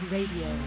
Radio